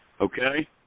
Okay